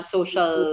Social